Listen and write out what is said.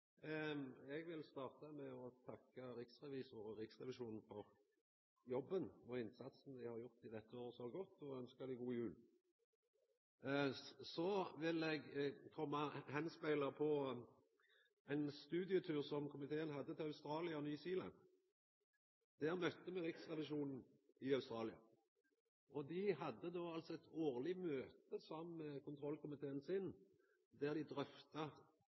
Eg vil starta med å takka riksrevisoren og Riksrevisjonen for den jobben og innsatsen dei har gjort så godt i dette året, og ønskje dei god jul. Eg vil visa til ein studietur som komiteen hadde til Australia og New Zealand. Der møtte me riksrevisjonen i Australia. Dei hadde då eit årleg møte saman med kontrollkomiteen sin der dei drøfta